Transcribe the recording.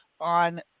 on